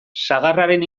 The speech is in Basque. sagarraren